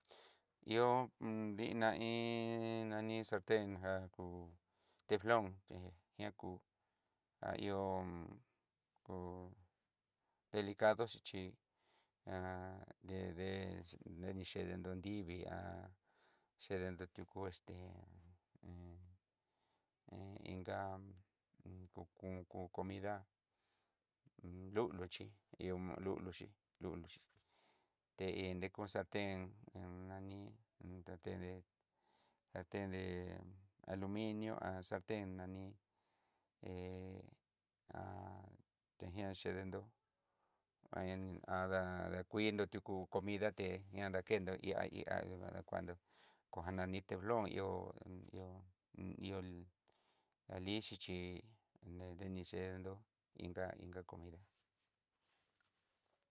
Iho diná iin nani saltén já ku teflon, ña ku ahió ku delikado xhi chí, de de nani chede nró nrivii eddnro tukox té iin iinka iin ku kunko comida lulu chí, ihó luluxi luluxi tpe neko saltén en nani saten de salten dé al inio ltén nani, he teña chedenró ada na kuinro tuku comida té na dakendó ihá ihá nadakuando, koja nani teflon ihó ihó ihó alixi chí ne neni yendó.